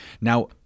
Now